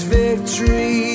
victory